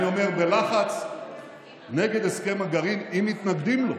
אני אומר, בלחץ נגד הסכם הגרעין אם מתנגדים לו.